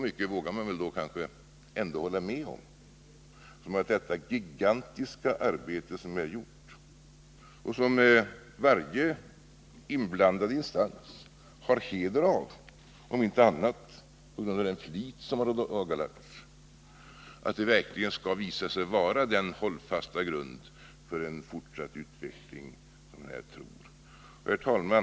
Man vågar kanske ändock utgå från att det gigantiska arbete som har gjorts och som varje inblandad instans har heder av — om inte annat på grund av den flit som har ådagalagts — verkligen skall visa sig vara den hållbara grund för den fortsatta utvecklingen som vi här tror. Herr talman!